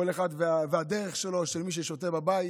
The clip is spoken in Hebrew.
כל אחד והדרך שלו, של מי ששותה בבית.